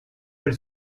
per